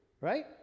right